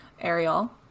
Ariel